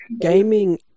gaming